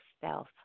self